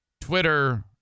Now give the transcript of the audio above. Twitter